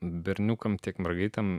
berniukams tiek mergaitėms